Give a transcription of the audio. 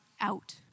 out